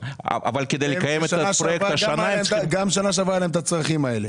גם בשנה שעברה היו להם צרכים כאלה.